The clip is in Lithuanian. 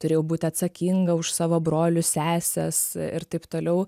turėjau būti atsakinga už savo brolius seses ir taip toliau